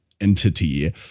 entity